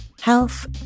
Health